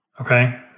Okay